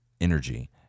energy